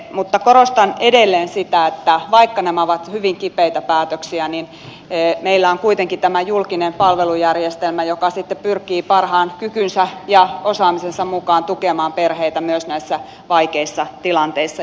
mutta korostan edelleen sitä että vaikka nämä ovat hyvin kipeitä päätöksiä niin meillä on kuitenkin tämä julkinen palvelujärjestelmä joka sitten pyrkii parhaan kykynsä ja osaamisensa mukaan tukemaan perheitä myös näissä vaikeissa tilanteissa